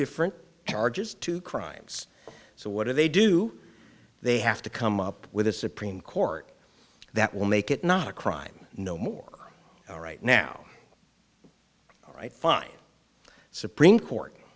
different charges two crimes so what do they do they have to come up with a supreme court that will make it not a crime no more all right now all right fine supreme court